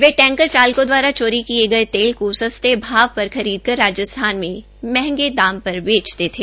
वे tanker चालकों दवारा चोरी किए गये तेल को सस्ते भाव पर खरीदकर राजस्थान में मंहगे दाम पर बेचते थे